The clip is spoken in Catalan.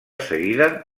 seguida